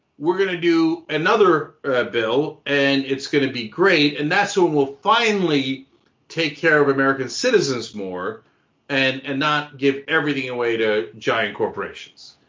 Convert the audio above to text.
we're gonna do another bill and it's gonna be great. and that's when we'll finally take care of american citizens more and and not give everything away to giant corporations.